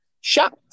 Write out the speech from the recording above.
shut